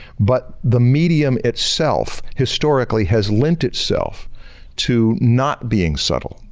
but the medium itself, historically has lent itself to not being subtle.